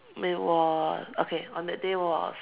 it was okay on that day was